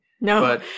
No